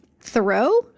Thoreau